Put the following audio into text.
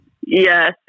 Yes